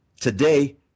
Today